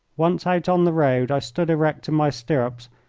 once out on the road i stood erect in my stirrups,